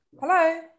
Hello